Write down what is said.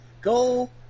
Go